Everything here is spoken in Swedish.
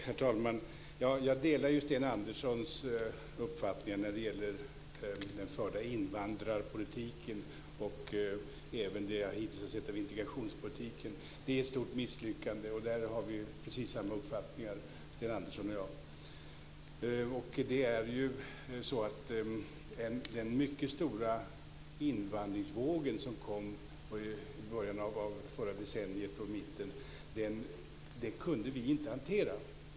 Herr talman! Jag delar ju Sten Anderssons uppfattningar när det gäller den förda invandringspolitiken och även det som jag hittills har sett av integrationspolitiken. Det är ett stort misslyckande. Och i fråga om detta har Sten Andersson och jag precis samma uppfattningar. Den mycket stora invandringsvågen som kom i början och mitten av det förra decenniet kunde vi inte hantera.